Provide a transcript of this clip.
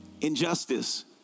injustice